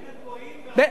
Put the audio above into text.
בין הגבוהים ב-OECD.